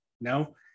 No